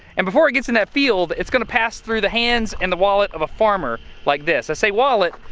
and before it gets in that field, it's going to pass through the hand and the wallet of a farmer, like this. i say wallet,